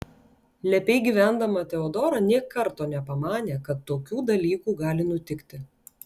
lepiai gyvendama teodora nė karto nepamanė kad tokių dalykų gali nutikti